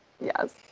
yes